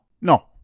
No